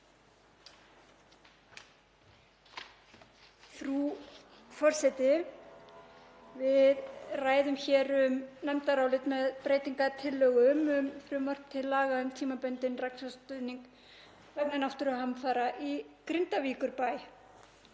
Frú forseti. Við ræðum hér um nefndarálit með breytingartillögu um frumvarp til laga um tímabundinn rekstrarstuðning vegna náttúruhamfara í Grindavíkurbæ.